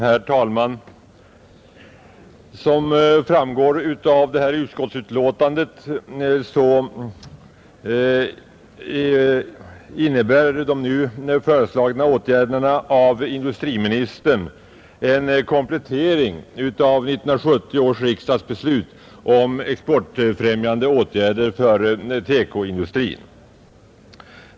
Herr talman! Såsom framgår av detta utskottsbetänkande innebär industriministerns nu föreliggande förslag en komplettering av 1970 års riksdags beslut om exportfrämjande åtgärder för TEKO-industrin.